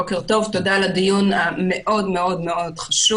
בוקר טוב, תודה על הדיון המאוד מאוד חשוב.